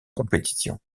compétition